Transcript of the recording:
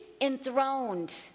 enthroned